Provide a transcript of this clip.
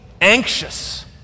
anxious